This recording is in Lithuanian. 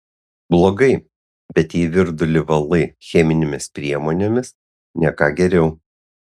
blogai bet jei virdulį valai cheminėmis priemonėmis ne ką geriau